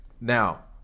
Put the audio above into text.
Now